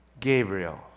Gabriel